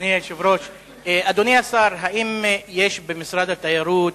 אדוני היושב-ראש, אדוני השר, האם יש במשרד התיירות